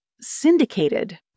syndicated